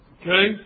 okay